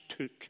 took